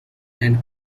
and